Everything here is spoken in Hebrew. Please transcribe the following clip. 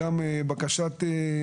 גם ביטול פרטי רישוי,